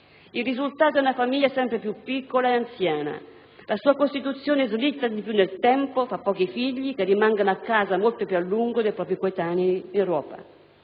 Il risultato è una famiglia sempre più piccola e anziana. La sua costituzione slitta di più nel tempo, fa pochi figli, che rimangono a casa molto più a lungo dei propri coetanei d'Europa.